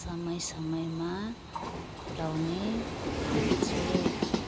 समय समयमा फुलाउने गर्छु